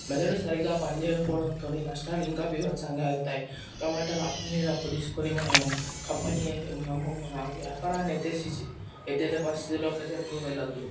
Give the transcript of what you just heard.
మెదడు సరిగ్గా పనిచేయకపోవడంతోనే నష్టాలు ఇంకా బీభత్సముగా వెళ్తాయి కాబట్టి అప్పు మీద అప్పు తీసుకుని మనము కంపెనీ మనము మన వ్యాపారాన్ని ఎత్తేసేసి ఎత్తేసే పరిస్థితిల్లోకైతే ఎప్పుడూ వెళ్లొద్దు